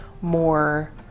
more